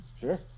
Sure